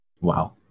Wow